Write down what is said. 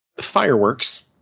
fireworks